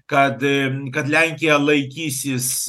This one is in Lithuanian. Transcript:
kad kad lenkija laikysis